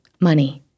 money